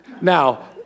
now